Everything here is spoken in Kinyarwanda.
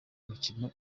mikino